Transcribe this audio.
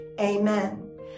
amen